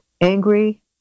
angry